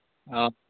অঁ